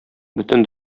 бөтен